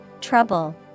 Trouble